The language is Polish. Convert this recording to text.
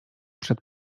przed